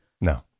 No